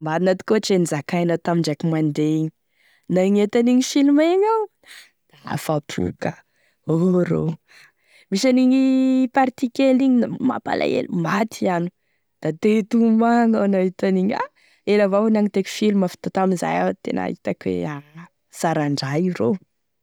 Marina atokotry e nozakainao tamin'indraiky mandeha igny, nagnety an'igny film igny iaho ,afa-po ka, o ro misy an'igny partie kely igny da mampalaelo maty iano, da te hitomagny iaho nahita an'igny, ah ela avao nagniteko film fa da tamizay iaho tena itako hoe ah asaran-draha igny ro.